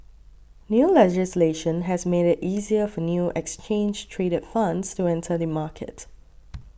new legislation has made it easier for new exchange traded funds to enter the market